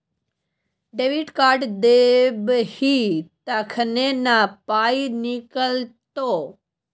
debit card देबही तखने न पाइ निकलतौ